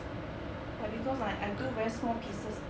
but because I do very small pieces